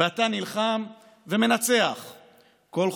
ואתה נלחם ומנצח כל חודש,